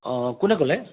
অঁ কোনে ক'লে